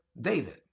David